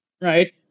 Right